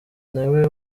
nawe